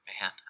Man